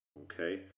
okay